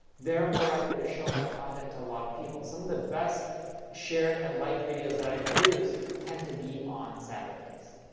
they're more likely to show my content to a lot of people. some of the best shared and liked videos that i produce tend to be on saturdays.